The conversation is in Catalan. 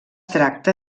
tracta